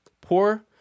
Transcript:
poor